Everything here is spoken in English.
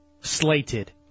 Slated